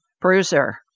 Bruiser